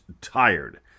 tired